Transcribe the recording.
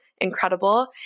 incredible